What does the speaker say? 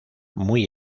muy